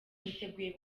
niteguye